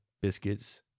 biscuits